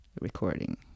recording